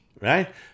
right